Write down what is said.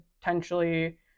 potentially